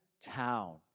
town